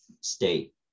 state